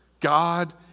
God